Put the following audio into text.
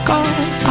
God